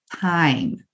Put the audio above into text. time